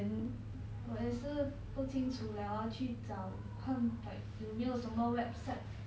我也是不清楚 leh 我要去找看:wo yao qu zhao like 有没有什么 website